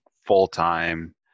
full-time